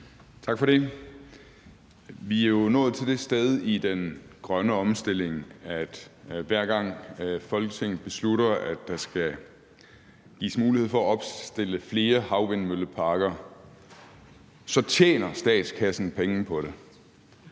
Tak for det. Vi er jo nået til det sted i den grønne omstilling, at hver gang Folketinget beslutter, at der skal gives mulighed for at opstille flere havvindmølleparker, så tjener statskassen penge på det.